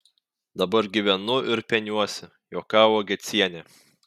dabar gyvenu ir peniuosi juokavo gecienė